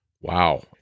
Wow